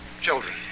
children